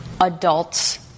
adults